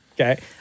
okay